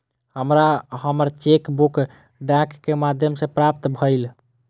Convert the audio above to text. हमरा हमर cheque book डाक के माध्यम से प्राप्त भईल